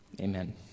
Amen